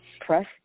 press